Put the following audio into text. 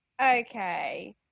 Okay